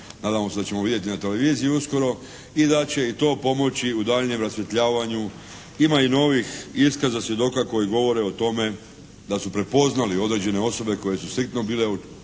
nadamo se da ćemo vidjeti na televiziji uskoro i da će i to pomoći u daljnjem rasvjetljavanju. Ima i novih iskaza svjedoka koji govore o tome da su prepoznali određene osobe koje su striktno bile uključene